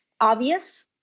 obvious